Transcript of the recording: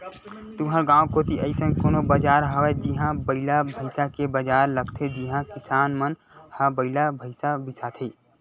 तुँहर गाँव कोती अइसन कोनो बजार हवय जिहां बइला भइसा के बजार लगथे जिहां किसान मन ह बइला भइसा बिसाथे